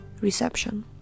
reception